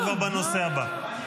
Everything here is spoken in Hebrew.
אנחנו כבר בנושא הבא.